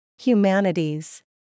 Humanities